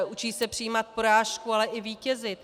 Učí se přijímat porážku, ale i vítězit.